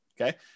okay